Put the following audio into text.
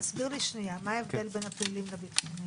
תסביר לי מה ההבדל בין הפליליים לביטחוניים?